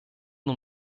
nur